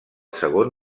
segon